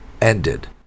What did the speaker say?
ended